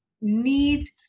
need